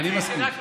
התשובה שלך.